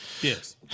Yes